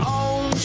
own